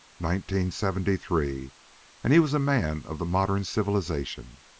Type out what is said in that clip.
nineteen seventy-three and he was a man of the modern civilization.